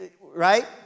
Right